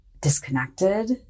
disconnected